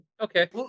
Okay